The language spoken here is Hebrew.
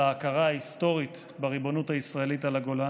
על ההכרה ההיסטורית בריבונות הישראלית על הגולן.